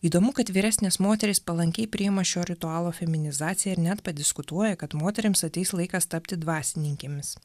įdomu kad vyresnės moterys palankiai priima šio ritualo feminizaciją ir net padiskutuoja kad moterims ateis laikas tapti dvasininkėmis